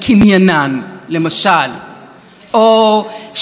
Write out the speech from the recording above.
או שלג'ינג'ים אסור להיכנס לבתי כנסת?